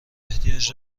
احتیاج